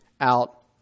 out